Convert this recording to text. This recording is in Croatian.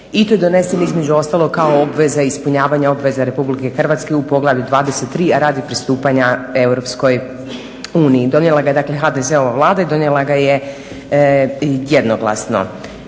i to donesen između ostalog kao obveza ispunjavanja obveza RH u poglavlju 23., a radi pristupanja EU. Donijela ga je dakle, HDZ-ova Vlada i donijela ga je jednoglasno.